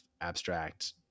abstract